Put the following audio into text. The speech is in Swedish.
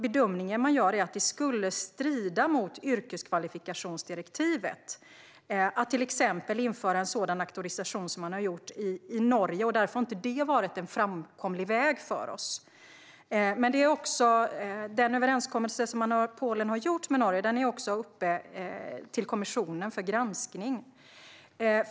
Bedömningen man gör är att det skulle strida mot yrkeskvalifikationsdirektivet att till exempel införa en sådan auktorisation som man har gjort i Norge, och därför har inte det varit en framkomlig väg för oss. Den överenskommelse som Polen har gjort med Norge är också uppe i kommissionen för granskning.